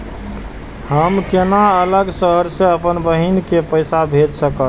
हम केना अलग शहर से अपन बहिन के पैसा भेज सकब?